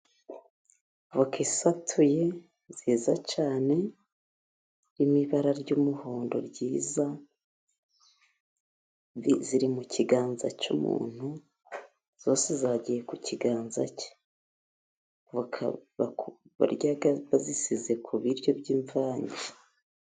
Voka isatuye nziza cyane, irimo ibara ry'umuhondo ryiza, voka ziri mu kiganza cy'umuntu, zose zagiye ku kiganza cye. Voka barya bazisize ku biryo by'imvange.